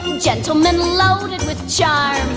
gentlemen loaded with john.